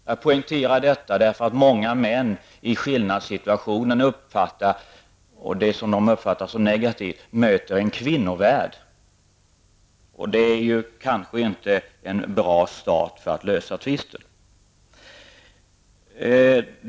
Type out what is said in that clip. Jag poängterar detta, eftersom många män i skillnadssituationen uppfattat det som negativt att de möter en kvinnovärld, och det är kanske inte en bra start för att lösa tvisten.